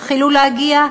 התחילו להגיע,